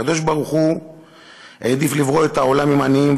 הקדוש-ברוך-הוא העדיף לברוא את העולם עם עניים,